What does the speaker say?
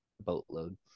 boatload